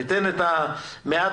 ניתן מעט